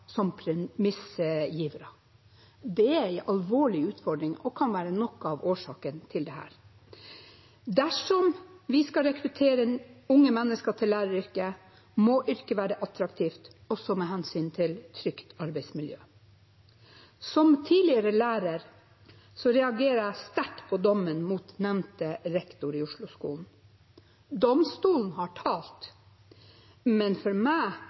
som premissgivere. Det er en alvorlig utfordring og kan være noe av årsaken til dette. Dersom vi skal rekruttere unge mennesker til læreryrket, må yrket være attraktivt også med hensyn til trygt arbeidsmiljø. Som tidligere lærer reagerer jeg sterkt på dommen mot nevnte lektor i Osloskolen. Domstolen har talt, men for meg